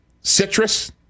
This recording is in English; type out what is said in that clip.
Citrus